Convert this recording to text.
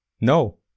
No